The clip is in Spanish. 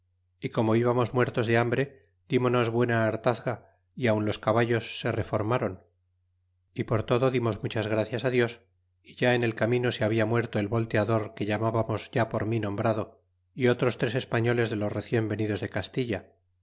y como íbamos muertos de hambre dimonos buena hartazga y aun los caballos se reformron y por todo dimos muchas gracias dios y ya en el camino se habla muerto el volteador que llamábamos ya por mi nombrado y otros tres españoles de los recien venidos de castilla